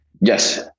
Yes